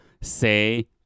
say